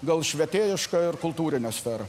gal švietėjišką ir kultūrinę sferą